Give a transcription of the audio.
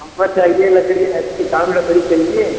हमको चाहिए लकड़ी टिकाऊ लकड़ी चहिए